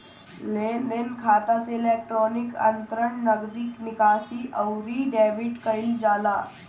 लेनदेन खाता से इलेक्ट्रोनिक अंतरण, नगदी निकासी, अउरी डेबिट कईल जाला